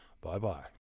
Bye-bye